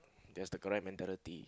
that's the correct mentality